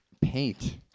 paint